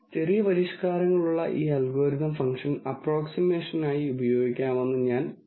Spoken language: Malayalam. ചെറിയ പരിഷ്കാരങ്ങളുള്ള ഈ അൽഗോരിതം ഫംഗ്ഷൻ അപ്രോക്സിമേഷനായി ഉപയോഗിക്കാമെന്ന് ഇപ്പോൾ ഞാൻ പറഞ്ഞു